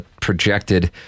projected